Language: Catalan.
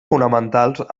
fonamentals